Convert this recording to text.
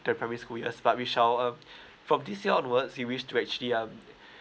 the primary school years but we shall uh from this year onwards we wish to actually um